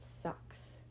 sucks